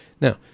Now